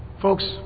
Folks